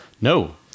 No